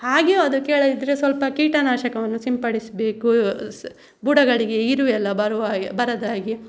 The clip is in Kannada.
ಹಾಗೇಯು ಅದು ಕೇಳದಿದ್ದರೆ ಸ್ವಲ್ಪ ಕೀಟನಾಶಕವನ್ನು ಸಿಂಪಡಿಸಬೇಕು ಸ್ ಬುಡಗಳಿಗೆ ಇರುವೆ ಎಲ್ಲಾ ಬರುವ ಹಾಗೆ ಬರದ ಹಾಗೆ